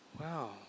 wow